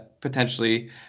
potentially